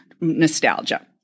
nostalgia